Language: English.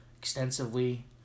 extensively